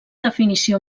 definició